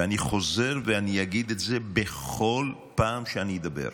ואני חוזר ואני אגיד את זה בכל פעם שאני אדבר: